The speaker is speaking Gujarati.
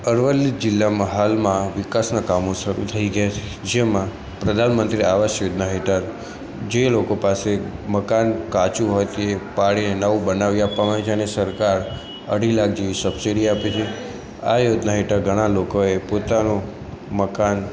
અરવલ્લી જિલ્લામાં હાલમાં વિકાસના કામ શરું થઇ ગયાં છે જેમાં પ્રધાનમંત્રી આવાસ યોજના હેઠળ જે લોકો પાસે મકાન કાચું હોય તે પાડીને નવું બનાવી આપવામાં આવે છે અને સરકાર અઢી લાખ જેવી સબસિડી આપે છે આ યોજના હેઠળ ઘણા લોકોએ પોતાનું મકાન